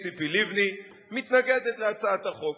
ציפי לבני מתנגדת להצעת החוק.